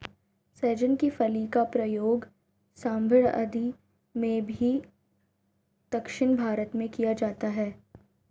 सहजन की फली का प्रयोग सांभर आदि में भी दक्षिण भारत में किया जाता है